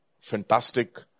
fantastic